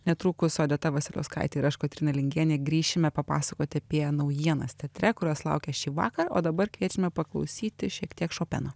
netrukus odeta vasiliauskaitė ir aš kotryna lingienė grįšime papasakot apie naujienas teatre kurios laukia šįvakar o dabar kviečiame paklausyti šiek tiek šopeno